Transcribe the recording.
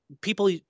People